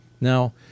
Now